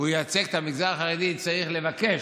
וייצג את המגזר החרדי צריך לבקש,